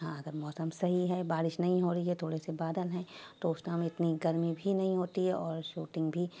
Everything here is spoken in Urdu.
ہاں اگر موسم سہی ہے بارش نہیں ہو رہی ہے تھوڑے سے بادل ہیں تو اس ٹائم اتنی گرمی بھی نہیں ہوتی ہے اور شوٹنگ بھی